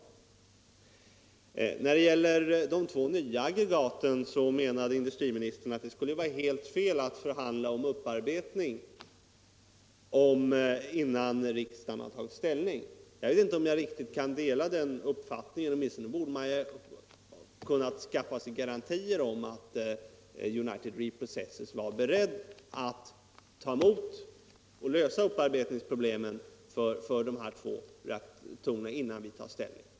Energihushåll Vad gäller de två nya aggregaten menar industriministern att det skulle — ningen, m.m. vara fel att förhandla om upparbetning innan riksdagen har tagit ställning. Jag kan inte dela den uppfattningen. Man borde väl åtminstone ha kunnat — Om hanteringen av skaffa sig garantier för att United Reprocessors är beredda att ta emot = radioaktivt avfall, avfallet och att lösa upparbetningsproblemen för de här två reaktorerna — m.m. innan vi tar ställning.